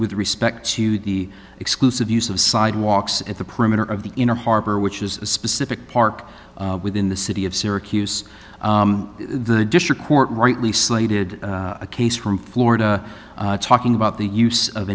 with respect to the exclusive use of sidewalks at the perimeter of the inner harbor which is a specific park within the city of syracuse the district court rightly slated a case from florida talking about the use of